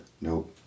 Nope